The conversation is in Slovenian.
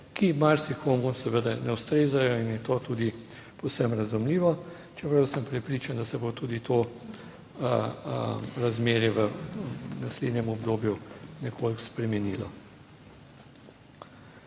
ki marsikomu seveda ne ustrezajo in je to tudi povsem razumljivo. Čeprav sem prepričan, da se bo tudi to razmerje v naslednjem obdobju nekoliko spremenilo.